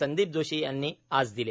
संदीप जोशी यांनी आज दिले